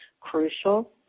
crucial